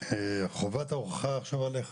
וחובת ההוכחה עכשיו עליך.